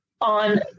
on